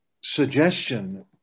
suggestion